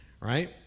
right